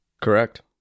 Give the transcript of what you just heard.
Correct